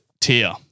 tier